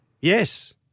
Yes